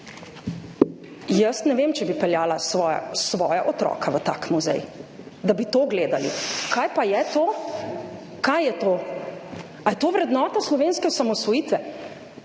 jaz ne vem, če bi peljala svoja otroka v tak muzej, da bi to gledali. Kaj pa je to?! Kaj je to? Ali je to vrednota slovenske osamosvojitve?